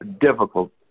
difficult